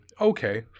Okay